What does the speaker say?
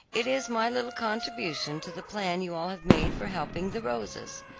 it is my little contribution to the plan you all have made for helping the rosas.